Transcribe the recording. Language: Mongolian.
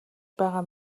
байгаа